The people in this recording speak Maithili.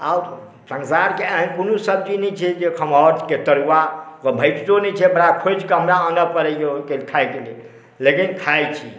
आओर संसारके कोनो एहन सब्जी नहि छै जे खमहारु के तरुवा भेटतो नही छै बड़ा खोजिकऽ हमरा आनय पड़ैया ओहिके लेल हमरा खाइक लेल लेकिन खाय छी